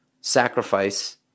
sacrifice